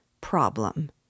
problem